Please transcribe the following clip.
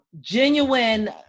genuine